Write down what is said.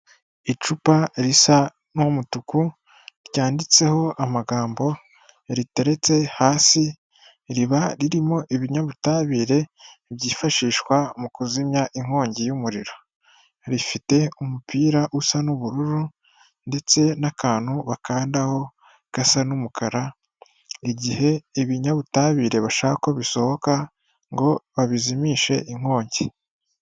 Icupa risa n'umutuku ryanditseho amagambo riteretse hasi, riba ririmo ibinyabutabire byifashishwa mu kuzimya inkongi y'umuriro, rifite umupira usa n'ubururu ndetse n'akantu bakandaho gasa n'umukara, igihe ibinyabutabire bashaka ko bisohoka ngo babizimishe inkongi.